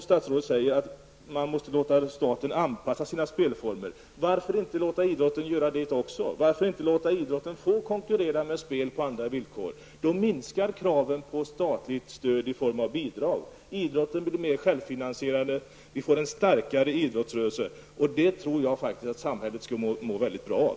Statsrådet sade att man måste låta staten anpassa sina spelformer. Varför inte låta även idrotten göra det? Varför inte låta idrotten få konkurrera spelmarknaden på likvärdiga villkor? Då skulle kraven på statliga bidrag minska. Idrotten skulle bli mer självfinansierad, och vi skulle få en starkare idrottsrörelse. Det tror jag faktiskt att samhället skulle må bra av.